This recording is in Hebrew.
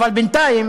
אבל בינתיים